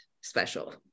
special